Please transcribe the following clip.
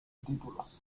títulos